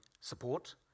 support